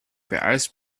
beeilst